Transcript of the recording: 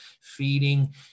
feeding